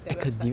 that website